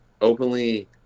openly